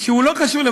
שהוא אינו קשור